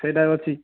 ସେଇଟା ଅଛି